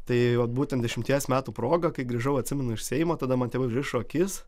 tai vat būtent dešimties metų proga kai grįžau atsimenu iš seimo tada man tėvai užrišo akis